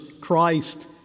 Christ